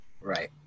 right